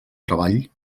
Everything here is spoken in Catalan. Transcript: treball